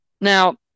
Now